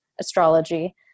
astrology